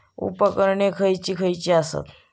उपकरणे खैयची खैयची आसत?